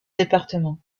département